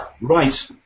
Right